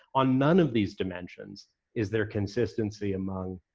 on none of these dimensions is there consistency among